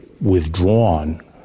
withdrawn